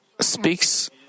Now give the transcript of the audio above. speaks